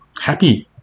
happy